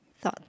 thought (